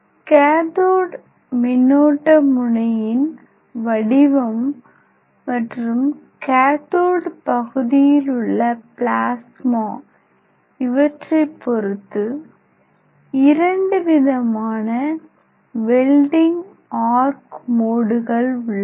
cathode மின்னோட்ட முனையின் வடிவம் மற்றும் கேதோட் பகுதியில் உள்ள பிளாஸ்மா இவற்றை பொறுத்து 2 விதமான வெல்டிங் ஆர்க் மோடுகள் உள்ளன